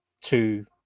two